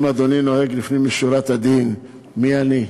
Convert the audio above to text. אם אדוני נוהג לפנים משורת הדין, מי אני?